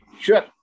sure